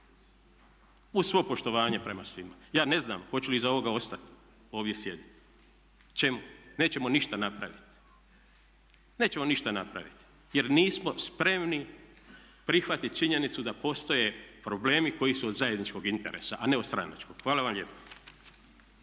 Uz svo poštovanje prema svima. Ja ne znam hoću li iza ovoga ostat ovdje sjediti. Čemu? Nećemo ništa napravit, nećemo ništa napravit jer nismo spremni prihvatiti činjenicu da postoje problemi koji su od zajedničkog interesa, a ne od stranačkog. Hvala vam lijepo.